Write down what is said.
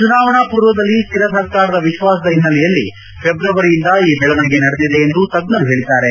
ಚುನಾವಣಾ ಪೂರ್ವದಲ್ಲಿ ಸ್ಹಿರ ಸರ್ಕಾರದ ವಿಶ್ವಾಸದ ಹಿನ್ನೆಲೆಯಲ್ಲಿ ಫೆಬ್ರವರಿಯಿಂದ ಈ ಬೆಳವಣಿಗೆ ನಡೆದಿದೆ ಎಂದು ತಜ್ಞರು ಹೇಳಿದ್ದಾರೆ